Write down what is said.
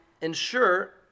ensure